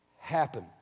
happen